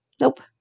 Nope